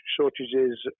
shortages